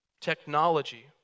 technology